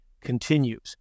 continues